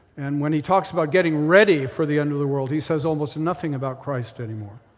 and when he talks about getting ready for the end of the world, he says almost nothing about christ anymore.